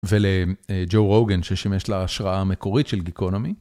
ולג'ו רוגן ששימש לה השראה המקורית של גיקונומי.